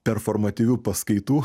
performativių paskaitų